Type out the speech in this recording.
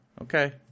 Okay